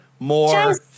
more